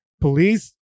Police